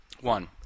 One